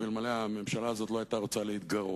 אלמלא הממשלה הזאת לא היתה רוצה להתגרות.